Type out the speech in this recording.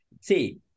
See